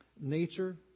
nature